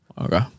okay